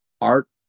art